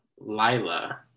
Lila